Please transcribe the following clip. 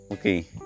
okay